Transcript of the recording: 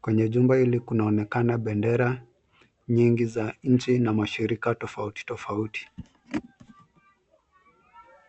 Kwenye jumba hili kunaonekana bendera nyingi za nchi, na mashirika tofauti tofauti.